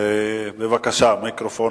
אדוני היושב-ראש,